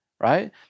right